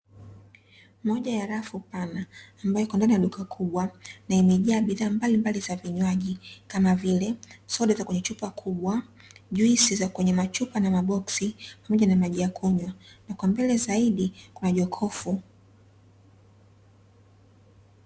Moja ya rafu pana ambayo iko ndani ya duka kubwa, na imejaa bidhaa mbalimbali za vinywaji kama vile; soda za kwenye chupa kubwa, juisi za kwenye chupa na maboksi pamoja na maji ya kunywa, na kwa mbele zaidi kuna jokofu.